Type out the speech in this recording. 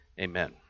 Amen